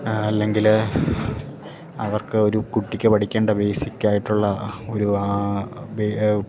അല്ലെങ്കിൽ അവർക്ക് ഒരു കുട്ടിക്ക് പഠിക്കേണ്ട ബേസിക്കായിട്ടുള്ള ഒരു ആ ബേ